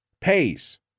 pays